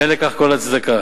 ואין לכך כל הצדקה.